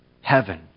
heaven